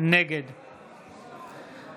נגד מתן כהנא,